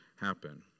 happen